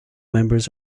members